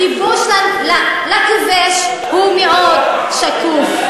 הכיבוש לכובש הוא מאוד שקוף.